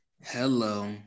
Hello